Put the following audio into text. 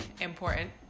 important